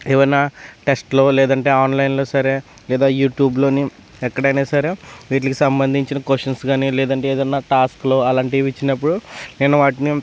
ఎవైనా టెస్ట్లు లేదంటే ఆన్లైన్లో సరే లేదా యూట్యూబ్ లో ఎక్కడైనా సరే వీటికి సంబంధించిన క్వశ్చన్స్ కానీ లేదంటే ఏదైనా టాస్క్లు అలాంటివి ఇచ్చినపుడు నేను వాటిని